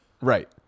Right